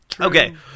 Okay